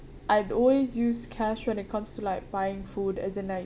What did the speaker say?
I'd always use cash when it comes to like buying food as in like